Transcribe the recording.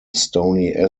stony